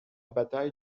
bataille